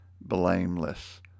blameless